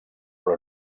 però